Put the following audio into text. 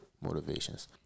motivations